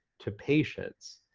to patients.